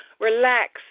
Relax